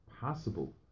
possible